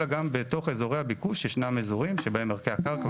אלא גם בתוך אזורי הביקוש ישנם אזורים שבהם ערכי הקרקע